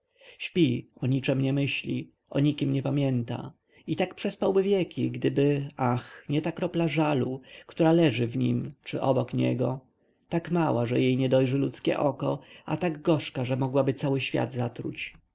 śpi o niczem nie myśli o nikim nie pamięta i tak przespałby wieki gdyby ach nie ta kropla żalu która leży w nim czy obok niego tak mała że jej nie dojrzy ludzkie oko a tak gorzka że mogłaby cały świat zatruć